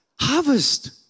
harvest